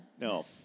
No